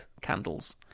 candles